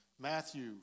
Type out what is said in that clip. Matthew